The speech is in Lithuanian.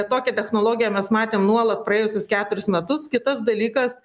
tokią technologiją mes matėm nuolat praėjusius keturis metus kitas dalykas